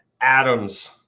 Adams